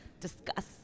Discuss